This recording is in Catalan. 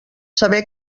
saber